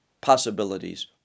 possibilities